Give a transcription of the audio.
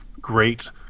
great